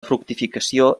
fructificació